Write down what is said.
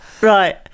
Right